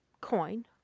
coin